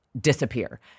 disappear